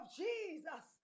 jesus